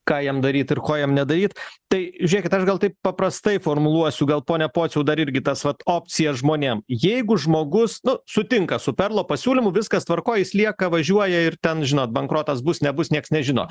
ką jam daryt ir ko jam nedaryt tai žiūrėkit aš gal taip paprastai formuluosiu gal pone pociau dar irgi tas vat opcija žmonėm jeigu žmogus sutinka su perlo pasiūlymu viskas tvarkoj jis lieka važiuoja ir ten žinot bankrotas bus nebus nieks nežino